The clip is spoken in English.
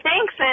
thanks